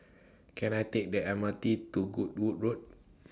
Can I Take The M R T to Goodwood Road